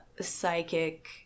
psychic